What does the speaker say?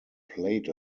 played